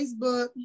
facebook